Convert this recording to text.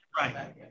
Right